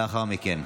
לאחר מכן.